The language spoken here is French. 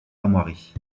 armoiries